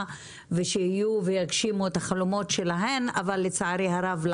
ושיהיו ויגשימו את החלומות שלהן אבל לצערי הרב,